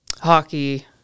Hockey